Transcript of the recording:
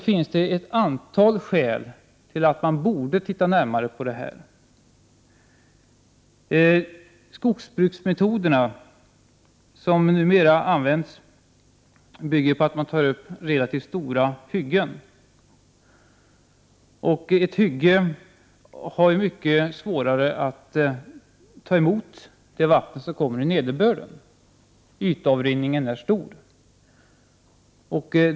Trots det finns ett antal skäl till att man borde titta närmare på :& dSthA Vissa dammsäkerhets De skogsbruksmetoder som numera används bygger på att man tar upp relativt stora hyggen. Ett hygge har ju mycket svårare att ta emot det vatten som kommer i nederbörden. Ytavrinningen är stor.